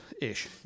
ish